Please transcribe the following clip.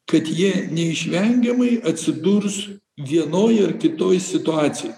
kad ji neišvengiamai atsidurs vienoj ar kitoj situacijoj